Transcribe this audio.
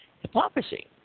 Hypocrisy